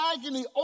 agony